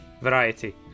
variety